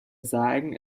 sagen